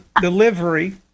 delivery